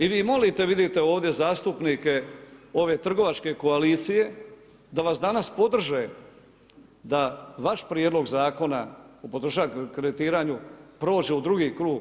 I vi molite, vidite ovdje zastupnike, ove trgovačke koalicije, da vas danas podrže, da vaš prijedlog Zakona o potrošačku kreditiranju prođe u 2 krug.